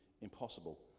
impossible